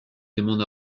demande